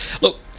Look